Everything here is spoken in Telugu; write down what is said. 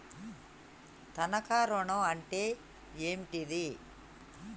తనఖా ఋణం అంటే ఏంటిది?